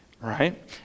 right